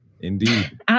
Indeed